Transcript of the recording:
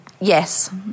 yes